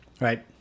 Right